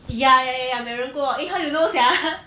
yeah yeah yeah 美人锅 eh how you know sia